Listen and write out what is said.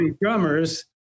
drummers